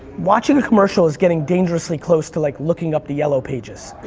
watching a commercial is getting dangerously close to like looking up the yellow pages.